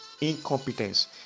incompetence